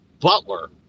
Butler